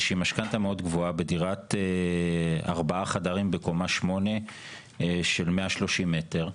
שהיא משכנתא מאוד גבוהה בדירת ארבעה חדרים בקומה שמונה של 130 מטר,